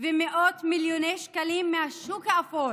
ומאות מיליוני שקלים מהשוק האפור